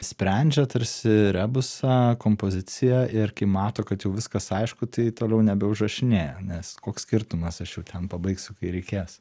sprendžia tarsi rebusą kompozicija ir kai mato kad jau viskas aišku tai toliau nebeužrašinėja nes koks skirtumas aš jau ten pabaigsiu kai reikės